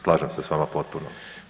Slažem se s vama potpuno.